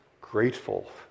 grateful